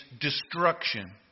destruction